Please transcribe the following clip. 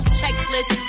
checklist